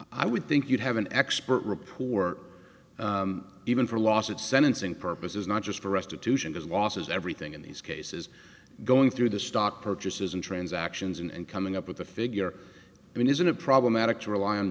i would think you'd have an expert report even for loss of sentencing purposes not just for restitution those losses everything in these cases going through the stock purchases and transactions and coming up with a figure i mean isn't it problematic to rely on